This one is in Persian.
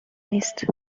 نیست